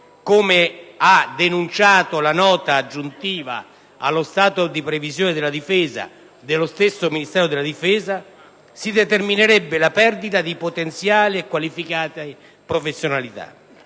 come ha denunciato la Nota aggiuntiva allo stato di previsione del medesimo Ministero della difesa, si determinerebbe la perdita di potenziali e qualificate potenzialità.